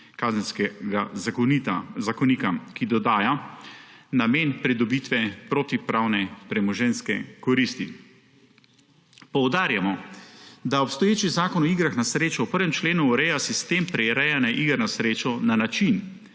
Kazenska zakonika, ki dodaja namen pridobitve protipravne premoženjske koristi. Poudarjamo, da obstoječi Zakon o igrah na srečo v 1. členu ureja sistem prirejanja iger na srečo na način,